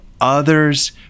others